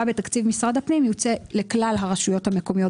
בתקציב משרד הפנים יוקצה לכלל הרשויות המקומיות